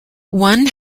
one